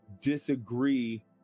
disagree